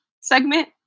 segment